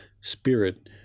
spirit